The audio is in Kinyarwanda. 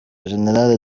general